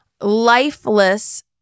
lifeless